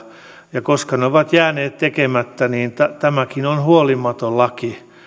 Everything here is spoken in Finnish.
sanottu koska ne ovat jääneet tekemättä niin tämäkin on huolimaton laki ja tällä on